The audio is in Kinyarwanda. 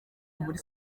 muri